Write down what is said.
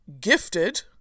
gifted